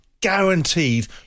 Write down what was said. guaranteed